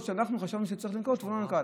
שאנחנו חשבנו שצריך לנקוט והוא לא נקט.